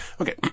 Okay